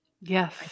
Yes